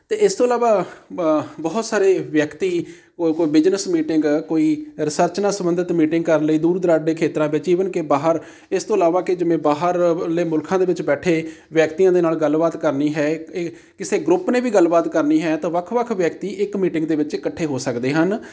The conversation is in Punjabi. ਅਤੇ ਇਸ ਤੋਂ ਇਲਾਵਾ ਵ ਬਹੁਤ ਸਾਰੇ ਵਿਅਕਤੀ ਕੋ ਕੋਈ ਬਿਜਨਸ ਮੀਟਿੰਗ ਕੋਈ ਰਿਸਰਚ ਨਾਲ ਸੰਬੰਧਿਤ ਮੀਟਿੰਗ ਕਰਨ ਲਈ ਦੂਰ ਦੁਰਾਡੇ ਖੇਤਰਾਂ ਵਿੱਚ ਈਵਨ ਕਿ ਬਾਹਰ ਇਸ ਤੋਂ ਇਲਾਵਾ ਕਿ ਜਿਵੇਂ ਬਾਹਰਲੇ ਮੁਲਕਾਂ ਦੇ ਵਿੱਚ ਬੈਠੇ ਵਿਅਕਤੀਆਂ ਦੇ ਨਾਲ ਗੱਲਬਾਤ ਕਰਨੀ ਹੈ ਇਹ ਕਿਸੇ ਗਰੁੱਪ ਨੇ ਵੀ ਗੱਲਬਾਤ ਕਰਨੀ ਹੈ ਤਾਂ ਵੱਖ ਵੱਖ ਵਿਅਕਤੀ ਇੱਕ ਮੀਟਿੰਗ ਦੇ ਵਿੱਚ ਇਕੱਠੇ ਹੋ ਸਕਦੇ ਹਨ